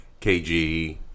KG